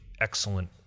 excellent